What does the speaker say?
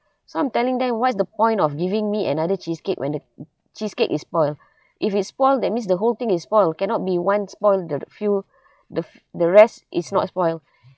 so I'm telling them what is the point of giving me another cheesecake when the cheesecake is spoil if it spoil that means the whole thing is spoil cannot be one spoiled the few the fe~ the rest is not spoil